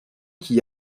qui